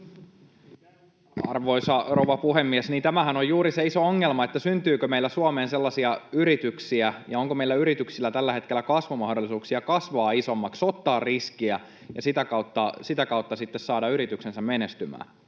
Arvoisa rouva puhemies! Niin, tämähän on juuri se iso ongelma, syntyykö meillä Suomeen sellaisia yrityksiä ja onko meillä yrityksillä tällä hetkellä kasvumahdollisuuksia kasvaa isommiksi, ottaa riskiä ja sitä kautta sitten saada yrityksensä menestymään,